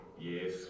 Yes